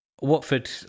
Watford